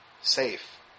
safe